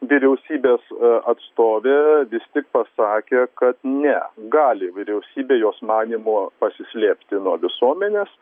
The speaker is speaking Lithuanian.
vyriausybės atstovė vis tik pasakė kad ne gali vyriausybė jos manymu pasislėpti nuo visuomenės